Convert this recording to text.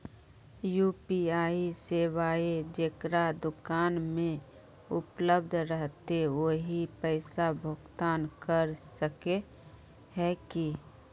UPI सेवाएं जेकरा दुकान में उपलब्ध रहते वही पैसा भुगतान कर सके है की?